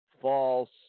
False